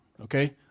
Okay